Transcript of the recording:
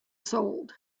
sold